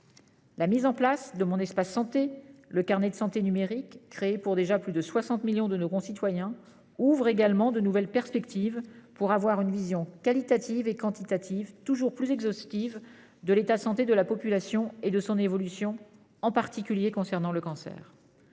La mise en place de Mon espace santé, le carnet de santé numérique, créé pour déjà plus de 60 millions de nos concitoyens, ouvre également de nouvelles perspectives pour une vision, qualitative et quantitative, toujours plus exhaustive de l'état de santé de la population et de son évolution, en particulier concernant le cancer.